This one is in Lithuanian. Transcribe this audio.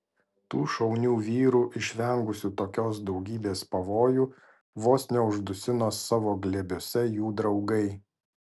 tų šaunių vyrų išvengusių tokios daugybės pavojų vos neuždusino savo glėbiuose jų draugai